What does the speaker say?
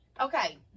Okay